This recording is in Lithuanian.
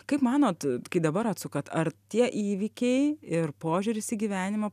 kaip manot kai dabar atsukat ar tie įvykiai ir požiūris į gyvenimą